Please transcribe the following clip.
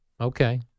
Okay